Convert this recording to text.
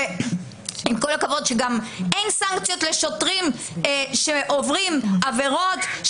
ועם כל הכבוד אין סנקציות לשוטרים שעוברים עבירות,